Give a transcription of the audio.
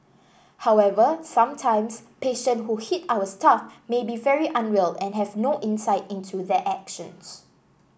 however sometimes patients who hit our staff may be very unwell and have no insight into their actions